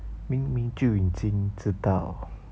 明明就已经知道